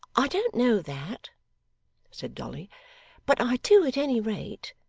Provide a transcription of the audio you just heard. i don't know that said dolly but i do, at any rate.